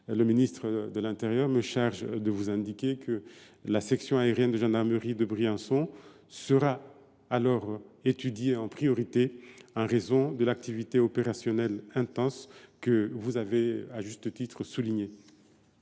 Le ministre de l’intérieur me charge de vous indiquer que la demande de la section aérienne de gendarmerie de Briançon sera alors étudiée en priorité, en raison de l’activité opérationnelle intense que vous avez, à juste titre, évoquée.